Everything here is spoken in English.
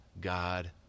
God